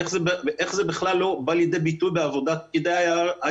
איך זה בכלל לא בא לידי ביטוי בעבודת פקיד היערות?